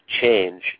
change